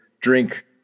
drink